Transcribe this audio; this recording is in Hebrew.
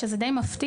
שזה די מפתיע,